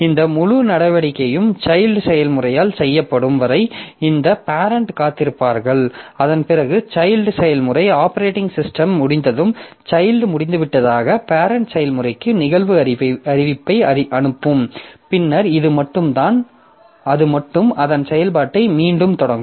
இந்த முழு நடவடிக்கையும் சைல்ட் செயல்முறையால் செய்யப்படும் வரை இந்த பேரெண்ட் காத்திருப்பார்கள் அதன்பிறகு சைல்ட் செயல்முறை ஆப்பரேட்டிங் சிஸ்டம் முடிந்ததும் சைல்ட் முடிந்துவிட்டதாக பேரெண்ட் செயல்முறைக்கு நிகழ்வு அறிவிப்பை அனுப்பும் பின்னர் அது மட்டுமே அதன் செயல்பாட்டை மீண்டும் தொடங்கும்